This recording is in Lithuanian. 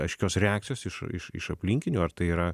aiškios reakcijos iš iš iš aplinkinių ar tai yra